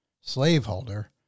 slaveholder